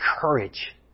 courage